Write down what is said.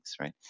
right